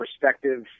perspective